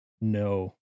no